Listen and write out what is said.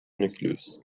nucleus